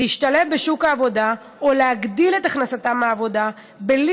להשתלב בשוק העבודה או להגדיל את הכנסתם מעבודה בלי